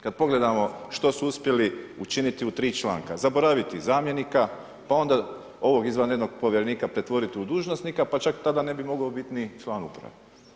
Kad pogledamo što su uspjeli učiniti u 3 članka, zaboraviti zamjenika, pa onda ovog izvanrednog povjerenika pretvoriti u dužnosnika pa čak tada ne bi mogao biti ni član uprave.